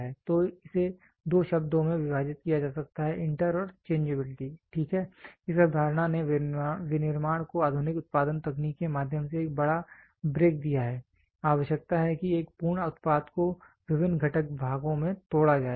तो इसे 2 शब्दों में विभाजित किया जा सकता है इंटर और चेंजबिलिटी ठीक है इस अवधारणा ने विनिर्माण को आधुनिक उत्पादन तकनीक के माध्यम से एक बड़ा ब्रेक दिया है आवश्यकता है कि एक पूर्ण उत्पाद को विभिन्न घटक भागों में तोड़ा जाए